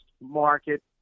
market